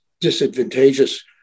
disadvantageous